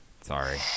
Sorry